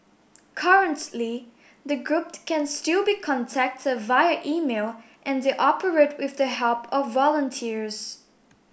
currently the group can still be contacted via email and they operate with the help of volunteers